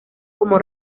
como